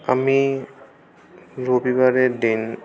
আমি রবিবারের দিন